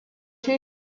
two